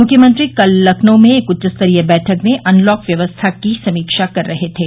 मुख्यमंत्री कल लखनऊ में एक उच्चस्तरीय बैठक में अनलॉक व्यवस्था की समीक्षा कर रहे थे